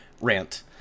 rant